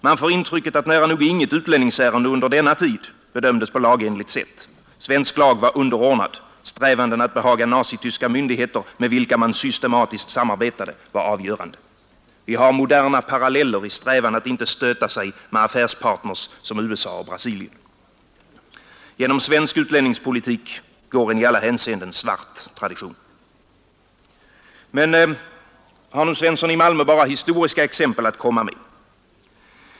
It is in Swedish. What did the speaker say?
Man får intrycket att nära nog inget utlänningsärende under denna tid bedömdes på lagenligt sätt. Svensk lag var underordnad. Strävanden att behaga nazityska myndigheter med vilka man systematiskt samarbetade var avgörande. Vi har moderna paralleller i strävan att inte stöta sig med affärspartners som USA och Brasilien. Genom svensk utlänningspolitik går en i alla hänseenden svart tradition. Men har Svensson i Malmö bara historiska exempel att komma med?